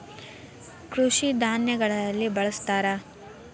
ಕೃಷಿ ಧಾನ್ಯಗಳಲ್ಲಿ ಬಳ್ಸತಾರ